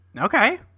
Okay